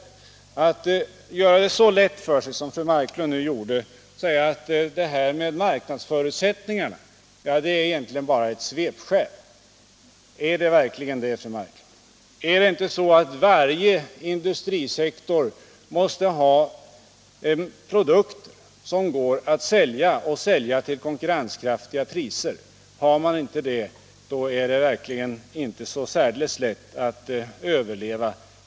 Fru Marklund gjorde det lätt för sig genom att säga att talet om marknadsförutsättningar egentligen bara är ett svepskäl. Är det verkligen det, fru Marklund? Är det inte så att varje industrisektor måste ha en produkt som går att sälja och sälja till konkurrenskraftiga priser? Har man inte det, är det verkligen inte så lätt att överleva.